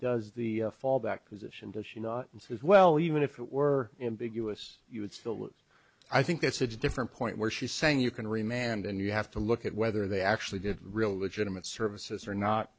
does the fallback position does she not and says well even if it were in big u s you would still i think that's a different point where she's saying you can remap and you have to look at whether they actually did real legitimate services or not